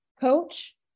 coach